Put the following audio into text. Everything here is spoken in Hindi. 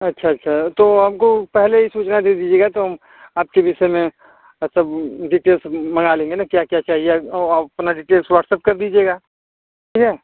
अच्छा अच्छा तो हमको पहले ही सूचना दे दीजिएगा तो हम आपके विषय में सब डिटेल्स मंगा लेंगे न क्या क्या चाहिए अपना डिटेल्स वाट्सअप कर दीजिएगा ठीक है